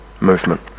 Movement